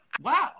Wow